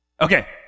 Okay